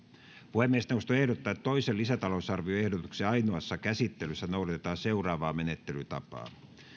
puhemiesneuvosto ehdottaa että toisen lisätalousarvioehdotuksen ainoassa käsittelyssä noudatetaan seuraavaa menettelytapaa